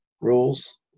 rules